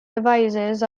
devices